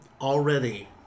already